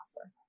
offer